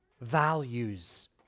values